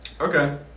Okay